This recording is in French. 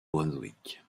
brunswick